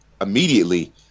immediately